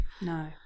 no